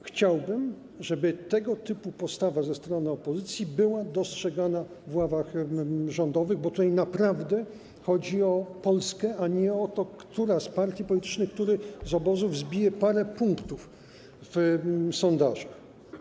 Chciałbym, żeby tego typu postawa ze strony opozycji była dostrzegana w ławach rządowych, bo tutaj naprawdę chodzi o Polskę, a nie o to, która z partii politycznych, który z obozów zbije parę punktów w sondażach.